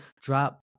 drop